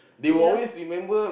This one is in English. ya